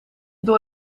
door